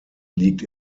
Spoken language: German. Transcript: liegt